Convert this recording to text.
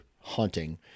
hunting